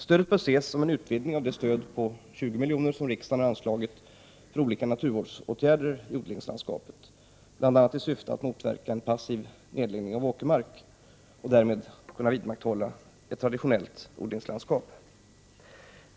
Stödet bör ses som en utvidgning av det stöd på 20 milj.kr. som riksdagen anslagit för olika naturvårdsåtgärder i odlingslandskapet, bl.a. i syfte att motverka en passiv nedläggning av åkermark och därmed vidmakthålla det traditionella odlingslandskapet.